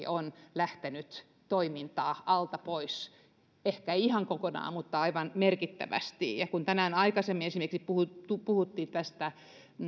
on lähtenyt toimintaa tuntuvasti alta pois ehkä ei ihan kokonaan mutta aivan merkittävästi ja kun tänään aikaisemmin puhuttiin esimerkiksi tästä